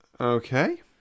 Okay